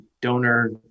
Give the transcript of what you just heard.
donor